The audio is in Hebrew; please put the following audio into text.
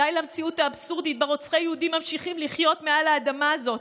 די למציאות האבסורדית שבה רוצחי יהודים ממשיכים לחיות מעל האדמה הזאת.